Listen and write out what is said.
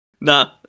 Nah